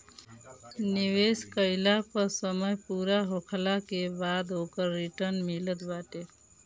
निवेश कईला पअ समय पूरा होखला के बाद ओकर रिटर्न मिलत बाटे